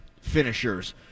finishers